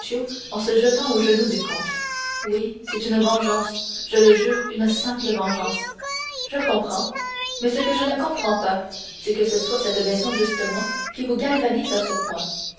en se jetant aux genoux du comte oui c'est une vengeance je le jure une simple vengeance je comprends mais ce que je ne comprends pas c'est que ce soit cette maison justement qui vous galvanise à ce point